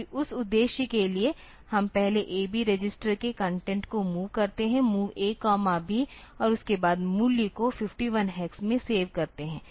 तो उस उद्देश्य के लिए हम पहले AB रजिस्टर के कंटेंट को मूव करते है MOV A B और उसके बाद मूल्य को 51 हेक्स में सेव करते हैं